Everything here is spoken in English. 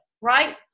right